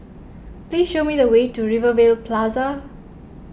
please show me the way to Rivervale Plaza